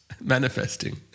Manifesting